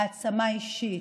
העצמה אישית,